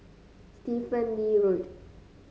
Stephen Lee Road